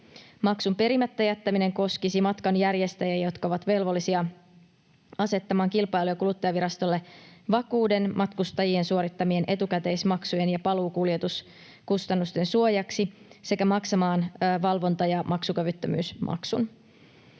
Maksun perimättä jättäminen koskisi matkanjärjestäjiä, jotka ovat velvollisia asettamaan Kilpailu- ja kuluttajavirastolle vakuuden matkustajien suorittamien etukäteismaksujen ja paluukuljetuskustannusten suojaksi sekä maksamaan valvonta- ja maksukyvyttömyysmaksun.